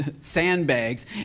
sandbags